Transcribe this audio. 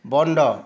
বন্ধ